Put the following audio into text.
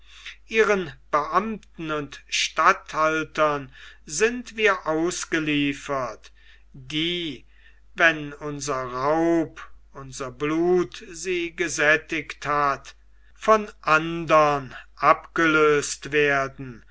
ihren beamten und statthaltern sind wir ausgeliefert die wenn unser raub unser blut sie gesättigt hat von andern abgelöst werden